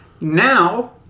Now